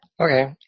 Okay